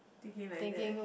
thinking like that